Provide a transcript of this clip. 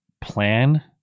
Plan